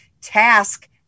task